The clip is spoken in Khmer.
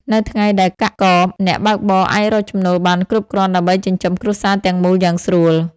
នៅថ្ងៃដែលកាក់កប អ្នកបើកបរអាចរកចំណូលបានគ្រប់គ្រាន់ដើម្បីចិញ្ចឹមគ្រួសារទាំងមូលយ៉ាងស្រួល។